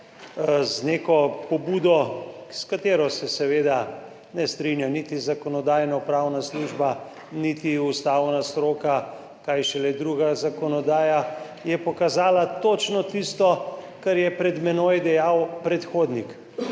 z neko pobudo, s katero se seveda ne strinja niti Zakonodajno-pravna služba niti ustavna stroka, kaj šele druga zakonodaja, je pokazala točno tisto kar je pred menoj dejal predhodnik,